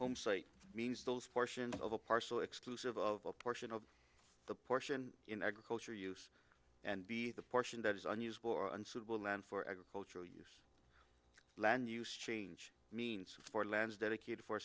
homesite means those portions of a parcel exclusive of a portion of the portion in agricultural use and be the portion that is unusable or unsuitable land for agricultural use land use change means for lands dedicated for